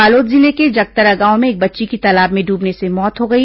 बालोद जिले के जगतरा गांव में एक बच्ची की तालाब में डूबने से मौत हो गई